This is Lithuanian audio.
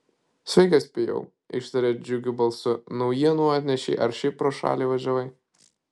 sveikas pijau ištarė džiugiu balsu naujienų atnešei ar šiaip pro šalį važiavai